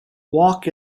walk